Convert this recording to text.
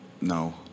No